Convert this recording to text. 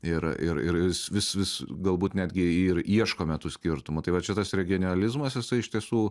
ir ir ir vis vis vis galbūt netgi ir ieškome tų skirtumų tai va čia tas regionalizmas jisai iš tiesų